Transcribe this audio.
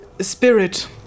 Spirit